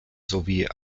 sowie